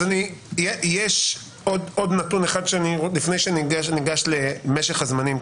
יש עוד נתון אחד לפני שניגש למשך הזמנים.